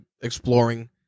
exploring